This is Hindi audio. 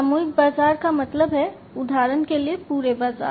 सामूहिक बाजार का मतलब है उदाहरण के लिए पूरे बाजार